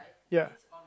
ya